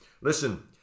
Listen